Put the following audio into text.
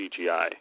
CGI